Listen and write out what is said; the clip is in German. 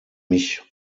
mich